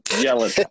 yelling